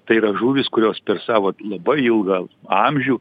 tai yra žuvys kurios per savo labai ilgą amžių